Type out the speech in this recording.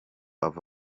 ava